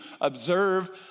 observe